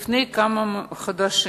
לפני כמה חודשים,